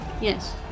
Yes